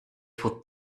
for